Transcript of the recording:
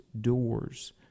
doors